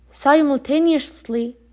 simultaneously